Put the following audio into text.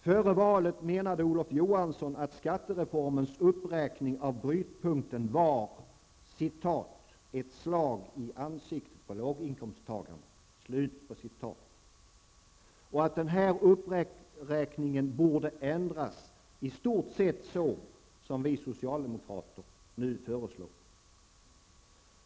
Före valet menade Olof Johansson att skattereformens uppräkning av brytpunkten var ''ett slag i ansiktet på låginkomsttagarna'' och att denna uppräkning borde ändras i stort sett så som vi socialdemokrater nu föreslår.